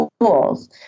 tools